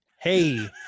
Hey